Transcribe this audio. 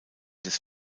des